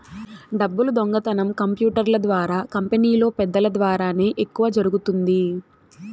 డబ్బులు దొంగతనం కంప్యూటర్ల ద్వారా కంపెనీలో పెద్దల ద్వారానే ఎక్కువ జరుగుతుంది